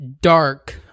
dark